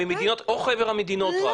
או חבר המדינות רק?